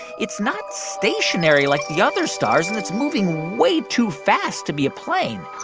it's not stationary like the other stars. and it's moving way too fast to be a plane